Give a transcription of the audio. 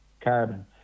carbon